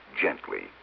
gently